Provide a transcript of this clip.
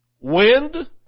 Wind